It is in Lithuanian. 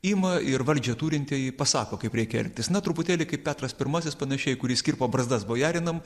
ima ir valdžią turintieji pasako kaip reikia elgtis truputėlį kaip petras pirmasis panašiai kuris kirpo barzdas bojarinam